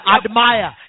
admire